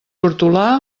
hortolà